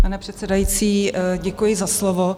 Pane předsedající, děkuji za slovo.